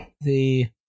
the-